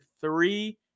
three